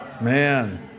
Man